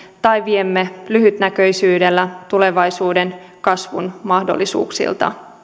tai viemme lyhytnäköisyydellä tulevaisuuden kasvun mahdollisuuksia